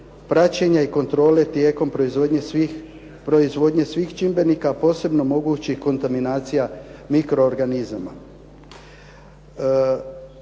praćenja i kontrole tijekom proizvodnje svih čimbenika, a posebno mogućih kontaminacija mikroorganizama.